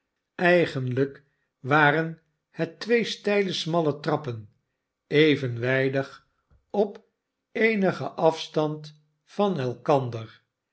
eigenlijk waren het twee steile smalle trappen evenwijdig op eenigen afstand van elkander